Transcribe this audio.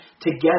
together